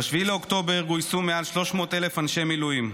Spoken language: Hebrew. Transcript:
ב-7 באוקטובר גויסו מעל 300,000 אנשי מילואים,